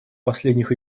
последних